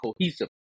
cohesive